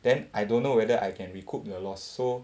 then I don't know whether I can recoup the loss so